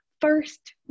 first